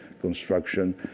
construction